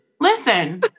Listen